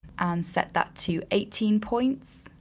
and set that to eighteen points,